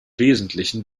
wesentlichen